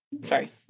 Sorry